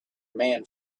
man